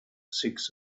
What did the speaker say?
six